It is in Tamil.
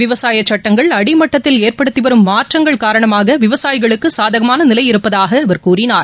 விவசாயச் சுட்டங்கள் அடிமட்டத்தில் ஏற்படுத்தி வரும் மாற்றங்கள் காரணமாக விவசாயிகளுக்கு சாதகமான நிலை இருப்பதாக அவர் கூறினார்